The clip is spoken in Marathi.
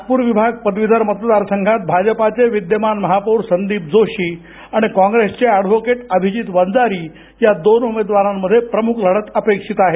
नागपूर विभाग पदवीधर मतदार संघात भाजपाचे विद्यमान महापौर संदिप जोशी आणि कॉंग्रेसचे अॅव्होकेट अभिजीत वंजारी या दोन उमेदवारामध्ये प्रमुख लढत होणार आहे